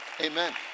Amen